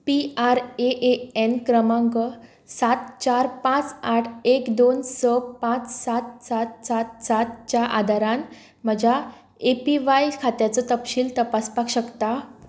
P R A A N क्रमांक सात चार पांच आठ एक दोन स पांच सात सात सात सात च्या आदारान म्हज्या ए पी व्हाय खात्याचो तपशील तपासपाक शकता